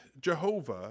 Jehovah